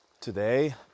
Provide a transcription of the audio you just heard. today